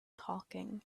talking